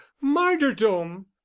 martyrdom